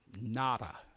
Nada